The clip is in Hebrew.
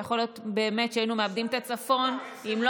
ויכול להיות באמת שהיינו מאבדים את הצפון אם לא